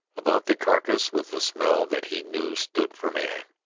about the carcass was the smell that he knew stood for man,